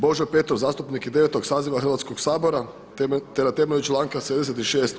Božo Petrov zastupnik je 9. saziva Hrvatskog sabora te na temelju članka 76.